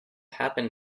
happen